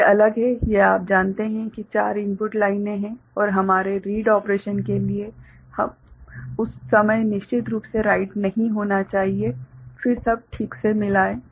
तो ये अलग हैं यह आप जानते हैं कि 4 इनपुट लाइनें हैं और हमारे रीड ऑपरेशन के लिए उस समय निश्चित रूप से राइट नहीं होना चाहिए फिर सब ठीक से मिलाएं